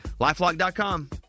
LifeLock.com